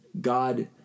God